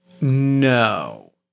No